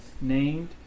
named